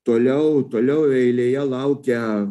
toliau toliau eilėje laukia